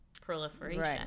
proliferation